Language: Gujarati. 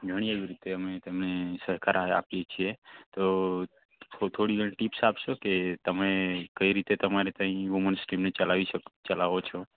ઘણી એવી રીતે અમે તમે સહકાર આપ આપીએ છીએ તો થો થોડી ઘણી ટિપ્સ આપશો કે તમે કઈ રીતે તમારે ત્યાં વુમન્સ ટીમને ચલાવી શકો ચલાવો છો